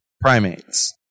primates